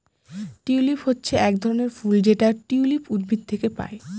tulip হচ্ছে এক ধরনের ফুল যেটা টিউলিপ উদ্ভিদ থেকে পায়